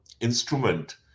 instrument